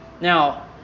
Now